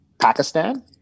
Pakistan